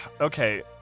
okay